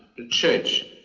the church.